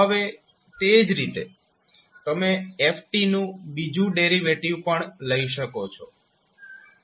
હવે તે જ રીતે તમે 𝑓𝑡 નું બીજુ ડેરિવેટીવ પણ લઈ શકો છો